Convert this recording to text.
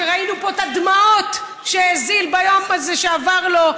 שראינו פה את הדמעות שהזיל ביום ההוא כשעבר לו,